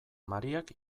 mariak